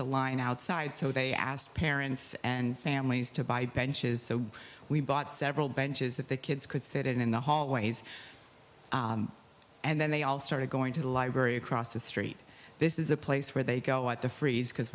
the line outside so they asked parents and families to buy benches so we bought several benches that the kids could sit in in the hallways and then they all started going to the library across the street this is a place where they go out to freeze because